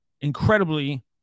incredibly